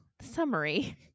summary